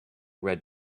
red